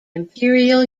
imperial